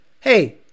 hey